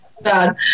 Bad